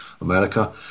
America